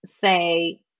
say